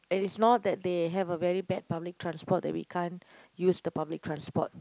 and it's not that they have a very bad public transport that we can't use the public transport